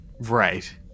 Right